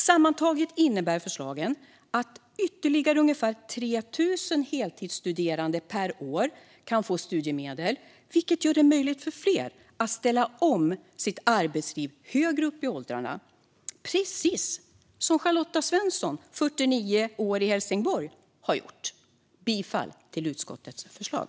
Sammantaget innebär förslagen att ytterligare ungefär 3 000 heltidsstuderande per år kan få studiemedel, vilket gör det möjligt för fler att ställa om sitt arbetsliv högre upp i åldrarna, precis som Charlotta Svensson, 49 år, i Helsingborg har gjort. Jag yrkar bifall till utskottets förslag.